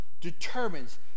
determines